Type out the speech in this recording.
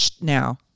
now